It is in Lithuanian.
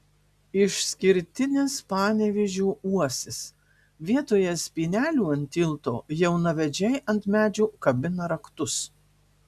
išskirtinis panevėžio uosis vietoje spynelių ant tilto jaunavedžiai ant medžio kabina raktus